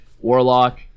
warlock